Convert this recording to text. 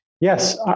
Yes